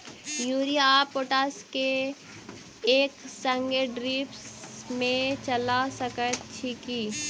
Urea आ potash केँ एक संगे ड्रिप मे चला सकैत छी की?